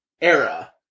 era